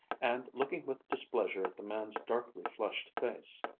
and looking with displeasure at the man's darkly flushed face.